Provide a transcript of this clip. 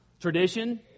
Tradition